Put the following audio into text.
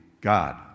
God